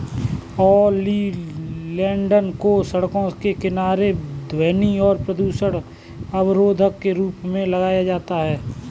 oleander को सड़कों के किनारे ध्वनि और प्रदूषण अवरोधक के रूप में लगाया जाता है